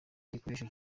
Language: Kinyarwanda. igikoresho